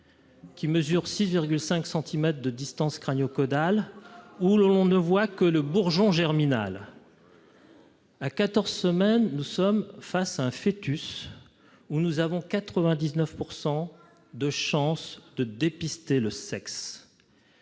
qui mesure 6,5 centimètres de distance crânio-caudale où l'on ne voit que le bourgeon germinal. À quatorze semaines, nous sommes face à un foetus, dont on a 99 % de chances de dépister le sexe.